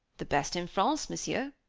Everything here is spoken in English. the best in france, monsieur.